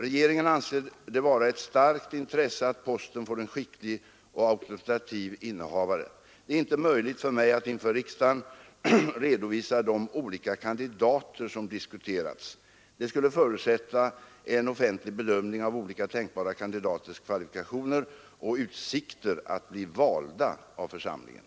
Regeringen anser det vara ett starkt intresse att posten får en skicklig och auktoritativ innehavare. Det är inte möjligt för mig att inför riksdagen redovisa de olika kandidater som diskuterats. Det skulle förutsätta en offentlig bedömning av olika tänkbara kandidaters kvalifikationer och utsikter att bli valda av församlingen.